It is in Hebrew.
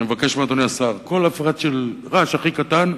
אני מבקש מאדוני השר, כל הפרעה של רעש הכי קטן,